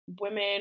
women